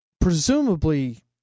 Presumably